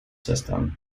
system